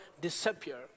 disappear